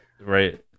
Right